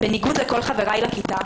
בניגוד לכל חבריי לכיתה,